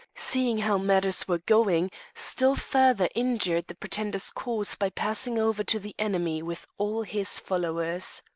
seeing how matters were going, still further injured the pretender's cause by passing over to the enemy with all his followers.